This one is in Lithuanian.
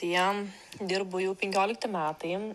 jam dirbu jau penkiolikti metai